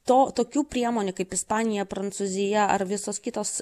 to tokių priemonių kaip ispanija prancūzija ar visos kitos